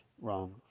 wrong